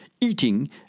eating